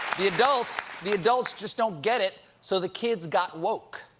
the adults the adults just don't get it, so the kids got woke.